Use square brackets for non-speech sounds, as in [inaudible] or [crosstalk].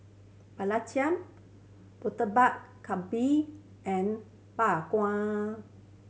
[unintelligible] Murtabak Kambing and Bak Kwa